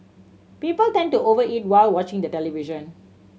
people tend to over eat while watching the television